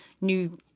new